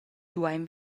duein